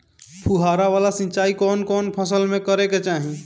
फुहारा वाला सिंचाई कवन कवन फसल में करके चाही?